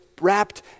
wrapped